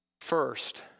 first